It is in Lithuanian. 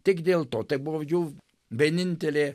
tik dėl to tai buvo jų vienintelė